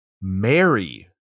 Mary